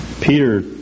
Peter